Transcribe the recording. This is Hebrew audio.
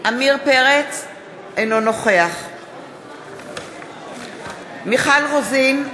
אינו נוכח מיכל רוזין,